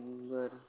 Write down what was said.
बरं